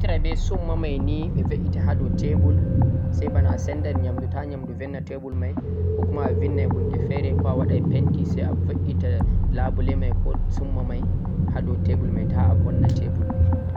bedo naftira beh tsumma mai ni beh ve'ita hado table sai bana a seddan nyamdu ta nyamdu vonna table mai ko kuma vindai hunde fere ko'a wadai penty sai a ve'ita labule mai ko tsumma mai hado table mai ta,a vonna table mai